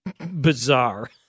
bizarre